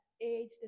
age